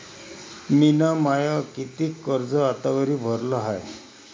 मिन माय कितीक कर्ज आतावरी भरलं हाय?